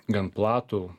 gan platų